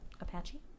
Apache